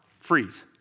freeze